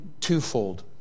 twofold